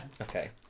okay